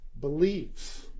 beliefs